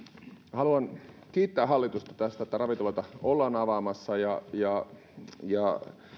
haluan kiittää hallitusta tästä että ravintoloita ollaan avaamassa ja